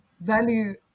value